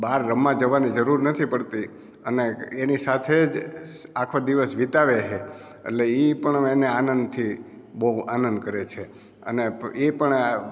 બહાર રમવા જવાની જરૂર નથી પડતી અને એની સાથે જ આખો દિવસ વીતાવે છે અટલે એ પણ એને આનંદથી બહુ આનંદ કરે છે અને એ પણ આ